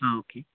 ആ ഓക്കേ